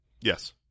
Yes